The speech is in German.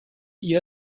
ihr